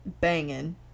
banging